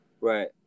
Right